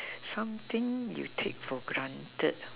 something you take for granted